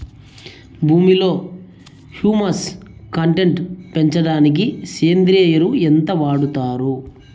భూమిలో humus content పెంచడానికి సేంద్రియ ఎరువు ఎంత వాడుతారు